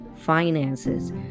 finances